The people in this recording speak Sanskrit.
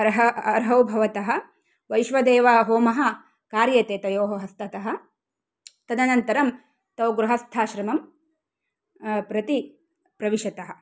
अर्ह अर्हौ भवतः वैश्वदेवहोमः कार्यते तयोः हस्ततः तदनन्तरं तौ गृहस्थाश्रमं प्रति प्रविशतः